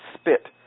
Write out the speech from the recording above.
spit